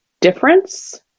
difference